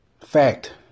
fact